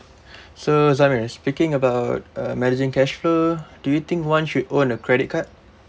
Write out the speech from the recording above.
so zamir speaking about uh managing cash flow do you think one should own a credit card